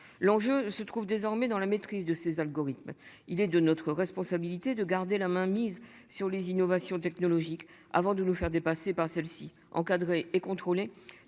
l'enjeu se trouve désormais dans la maîtrise de ses algorithmes. Il est de notre responsabilité de garder la main mise sur les innovations technologiques avant de nous faire dépasser par celle-ci encadrée et contrôlée